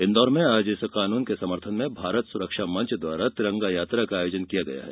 इन्दौर में आज इस कानून के समर्थन में भारत सुरक्षा मेंच द्वारा तिरंगा यात्रा का आयोजन किया गया है